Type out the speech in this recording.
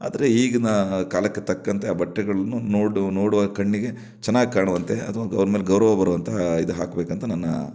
ಆದರೆ ಈಗಿನ ಕಾಲಕ್ಕೆ ತಕ್ಕಂತೆ ಆ ಬಟ್ಟೆಗಳನ್ನು ನೋಡು ನೋಡುವ ಕಣ್ಣಿಗೆ ಚೆನ್ನಾಗಿ ಕಾಣುವಂತೆ ಅಥವಾ ಅವರ ಮೇಲೆ ಗೌರವ ಬರುವಂಥ ಇದು ಹಾಕಬೇಕಂತ ನನ್ನ